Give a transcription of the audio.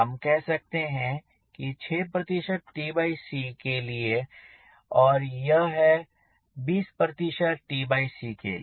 हम कह सकते हैं कि यह 6 tc के लिए है और यह है 20 tc के लिए